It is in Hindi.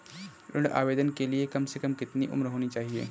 ऋण आवेदन के लिए कम से कम कितनी उम्र होनी चाहिए?